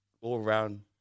all-around